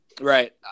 right